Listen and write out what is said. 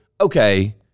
okay